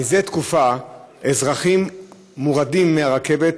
מזה תקופה אזרחים מורדים מהרכבת,